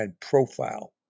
profile